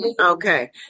Okay